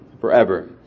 forever